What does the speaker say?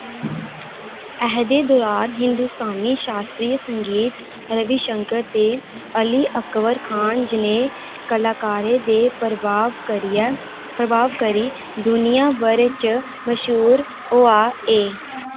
एह्दे दुरान हिन्दुस्तानी शास्त्री संगीत रविशंकर ते अली अकबर खान जनेह् कलाकारें दे प्रभाव करी दुनिया भरै च मश्हूर होआ ऐ